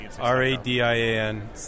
R-A-D-I-A-N